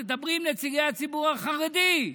תדברי עם נציגי הציבור החרדי.